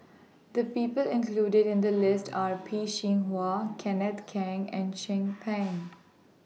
The People included in The list Are Peh Chin Hua Kenneth Keng and Chin Peng